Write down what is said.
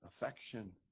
affection